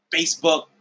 Facebook